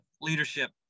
leadership